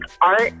art